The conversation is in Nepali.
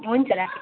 हुन्छ राखेँ